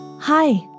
Hi